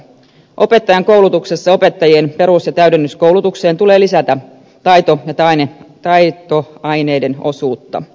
opettajankoulutukseen opettajien perus ja täydennyskoulutukseen tulee lisätä taito ja taideaineiden osuutta